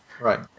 Right